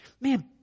man